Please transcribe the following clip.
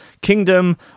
kingdom